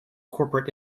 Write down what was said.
corporate